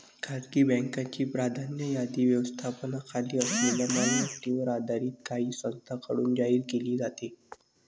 खासगी बँकांची प्राधान्य यादी व्यवस्थापनाखाली असलेल्या मालमत्तेवर आधारित काही संस्थांकडून जाहीर केली जाते